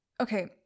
okay